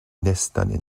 nästan